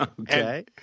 okay